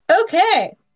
Okay